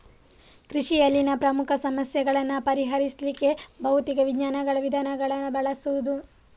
ಕೃಷಿಯಲ್ಲಿನ ಪ್ರಮುಖ ಸಮಸ್ಯೆಗಳನ್ನ ಪರಿಹರಿಸ್ಲಿಕ್ಕೆ ಭೌತಿಕ ವಿಜ್ಞಾನಗಳ ವಿಧಾನಗಳನ್ನ ಬಳಸುದು